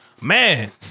Man